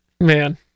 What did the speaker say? man